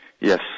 Yes